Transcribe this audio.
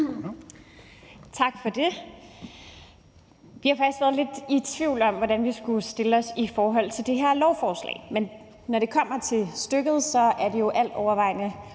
Tak for det. Vi har faktisk været lidt i tvivl om, hvordan vi skulle stille os til det her lovforslag. Men når det kommer til stykket, er det jo altovervejende